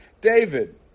David